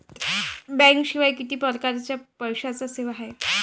बँकेशिवाय किती परकारच्या पैशांच्या सेवा हाय?